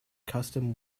custom